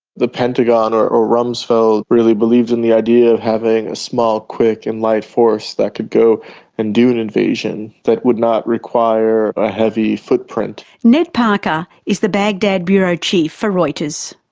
the pentagon or or rumsfeld really believed in the idea of having a small, quick and light force that could go and do an invasion that would not require a heavy footprint. ned parker is the baghdad bureau chief for reuters.